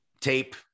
tape